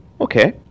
Okay